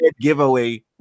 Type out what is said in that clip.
giveaway